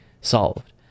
solved